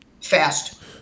fast